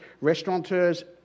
restaurateurs